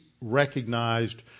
recognized